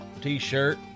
T-shirt